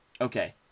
Okay